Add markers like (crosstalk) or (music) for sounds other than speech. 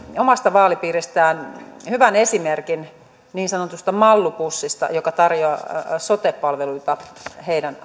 omasta vaalipiiristään hyvän esimerkin niin sanotusta mallu bussista joka tarjoaa sote palveluita heidän (unintelligible)